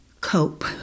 cope